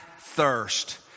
thirst